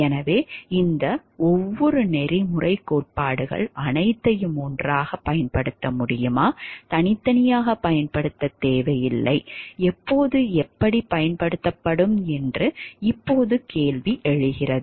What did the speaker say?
எனவே இந்த வெவ்வேறு நெறிமுறைக் கோட்பாடுகள் அனைத்தையும் ஒன்றாகப் பயன்படுத்த முடியுமா தனித்தனியாகப் பயன்படுத்தத் தேவையில்லை எப்போது எப்படிப் பயன்படுத்தப்படும் என்று இப்போது கேள்வி எழுகிறது